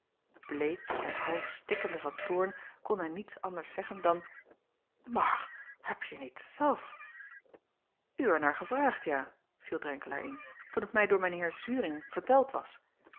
leek en half stikkende van toorn kon hij niets anders zeggen dan maar hebje niet zelf er naar gevraagd ja viel renkelaer in toen het mij door mijn eer uring verteld was